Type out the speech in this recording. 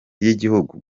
y’igihugu